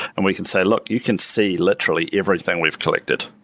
and we can say, look. you can see literally everything we've collected.